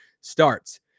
starts